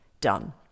done